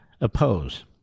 oppose